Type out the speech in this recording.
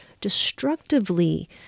destructively